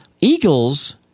Eagles